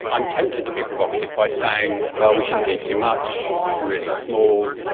i'm tempted to be provocative by saying, well, we shouldn't do too much, we're really small,